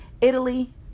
Italy